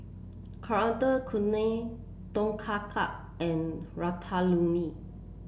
Coriander Chutney Tom Kha Gai and Ratatouille